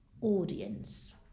audience